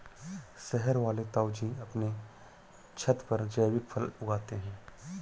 शहर वाले ताऊजी अपने छत पर जैविक फल उगाते हैं